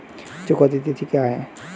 चुकौती तिथि क्या है?